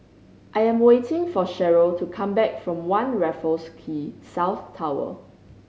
I am waiting for Sherrill to come back from One Raffles Quay South Tower